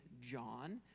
John